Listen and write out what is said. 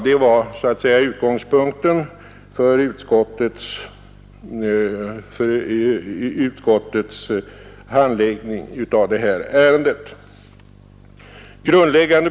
— Detta var så att säga utgångspunkterna för utskottets handläggning av ärendet.